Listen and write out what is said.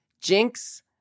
Jinx